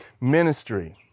ministry